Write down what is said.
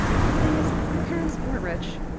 and the thing is my parents weren't rich,